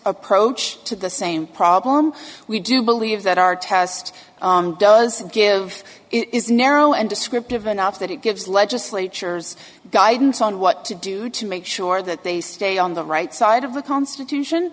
approach to the same problem we do believe that our test does give it is narrow and descriptive enough that it gives legislatures guidance on what to do to make sure that they stay on the right side of the constitution